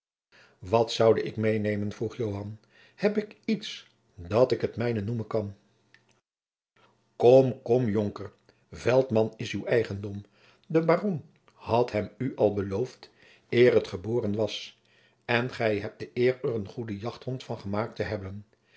wat zoude ik meênemen vroeg joan heb ik iets dat ik het mijne noemen kan kom kom jonker veltman is uw eigendom de baron had hem u al beloofd eer het geboren was en gij hebt de eer er een goeden jachthond van gemaakt te hebben